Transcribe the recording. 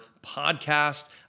podcast